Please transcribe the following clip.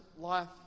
life